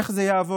איך זה יעבוד?